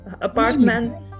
apartment